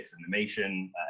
animation